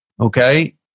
okay